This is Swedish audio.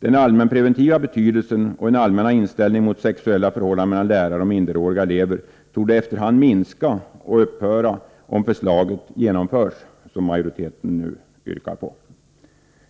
Den allmänpreventiva betydelsen och den allmänna inställningen mot sexuella förhållanden mellan lärare och minderåriga elever torde efter hand minska och upphöra om det förslag som majoriteten yrkar på genomförs.